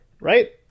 right